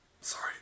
Sorry